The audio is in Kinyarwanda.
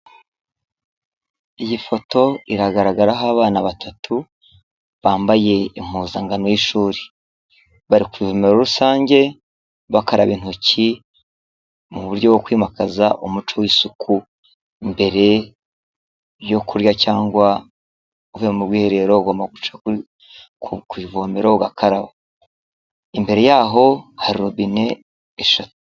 Iyi foto iragaragaraho abana batatu bambaye impuzankano y'ishuri bari ku ivomero rusange bakaraba intoki mu buryo bwo kwimakaza umuco w'isuku mbere yo kurya cyangwa uvuye mu bwiherero ugomba guca ku ku ivomero bakaraba imbere yaho hari robine eshatu.